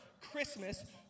Christmas